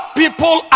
people